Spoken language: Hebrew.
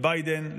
ביידן,